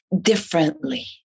differently